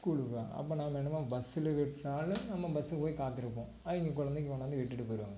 school விடுவாங்க அப்போது நாம் என்னமோ பஸ்ஸில் விடுறதுனால நம்ம பஸ்ஸுக்கு போய் காத்திருப்போம் அவங்க கொழந்தைங்கள கொண்டாந்து விட்டுட்டுப் போயிடுவாங்க